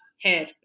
hair